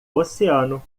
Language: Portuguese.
oceano